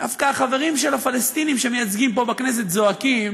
דווקא החברים של הפלסטינים שמייצגים פה בכנסת זועקים